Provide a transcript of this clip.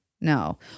No